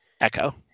Echo